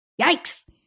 Yikes